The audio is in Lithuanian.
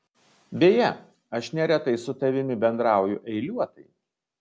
beje aš neretai su tavimi bendrauju eiliuotai